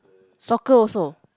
soccer also